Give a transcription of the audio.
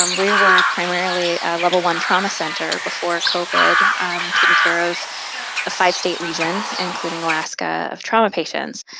um we were primarily a level one trauma center before covid, um taking care of a five-state region, including alaska, of trauma patients.